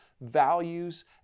values